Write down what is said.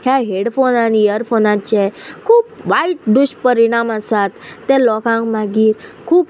ह्या हेडफोन आनी इयरफोनाचे खूब वायट दुश्परिणाम आसात त्या लोकांक मागीर खूब